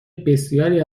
بسیاری